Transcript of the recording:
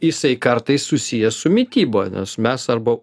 jisai kartais susijęs su mityba nes mes arba